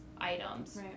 items